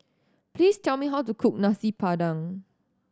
please tell me how to cook Nasi Padang